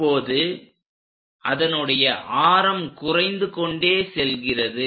அப்போது அதனுடைய ஆரம் குறைந்து கொண்டே செல்கிறது